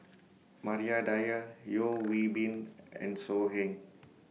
Maria Dyer Yeo Hwee Bin and So Heng